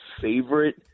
favorite